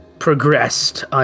Progressed